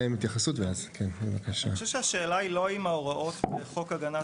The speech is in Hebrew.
אני חושב שהשאלה היא לא האם הוראות של חוק הגנת